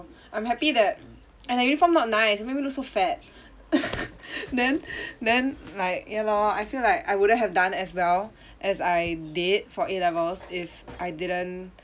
I'm happy that and their uniform not nice make me look so fat then then like ya lor I feel like I wouldn't have done as well as I did for A levels if I didn't